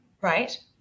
Right